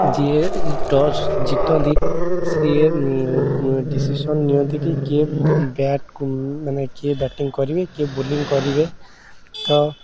ଯିଏ ଟସ୍ ଜିତନ୍ତି ସିଏ ଡିସିସନ୍ ନିଅନ୍ତି କି କିଏ ବାଟକୁ ମାନେ କିଏ ବ୍ୟାଟିଂ କରିବେ କିଏ ବୋଲିଙ୍ଗ୍ କରିବେ ତ